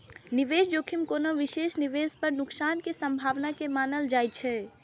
निवेश जोखिम कोनो विशेष निवेश पर नुकसान के संभावना के मानल जाइ छै